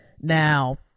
now